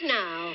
now